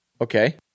Okay